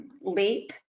leap